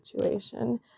situation